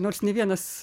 nors nė vienas